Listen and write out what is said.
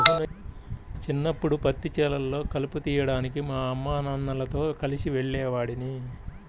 చిన్నప్పడు పత్తి చేలల్లో కలుపు తీయడానికి మా అమ్మానాన్నలతో కలిసి వెళ్ళేవాడిని